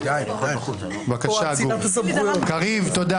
בבקשה, גור.